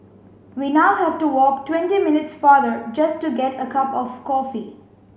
we now have to walk twenty minutes farther just to get a cup of coffee